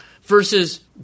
versus